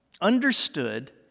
understood